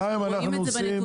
אנחנו רואים את זה בנתונים.